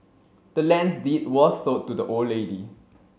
the land's deed was sold to the old lady